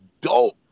dope